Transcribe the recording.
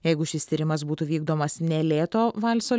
jeigu šis tyrimas būtų vykdomas ne lėto valso